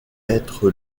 être